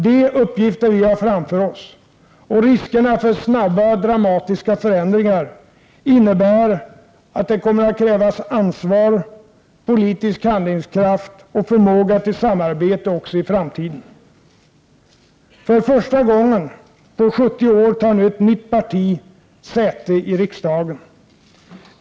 De uppgifter vi har framför oss, och riskerna för snabba dramatiska förändringar, innebär att det kommer att krävas ansvar, politisk handlingskraft och förmåga till samarbete också i framtiden. För första gången på 70 år tar nu ett nytt parti säte i riksdagen.